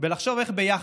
ולחשוב איך ביחד,